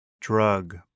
drug